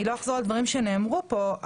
אני לא אחזור על דברים שנאמרו פה,